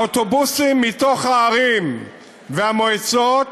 האוטובוסים מתוך הערים והמועצות